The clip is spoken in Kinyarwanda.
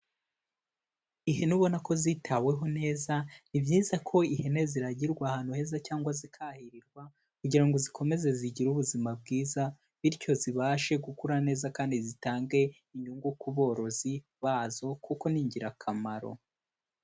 Ihene ubona ko zitaweho neza, ni byiza ko ihene ziragirwa ahantu heza cyangwa zikahirirwa kugira ngo zikomeze zigire ubuzima bwiza, bityo zibashe gukura neza kandi zitange inyungu ku borozi bazo kuko ni ingirakamaro.